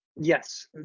yes